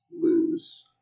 lose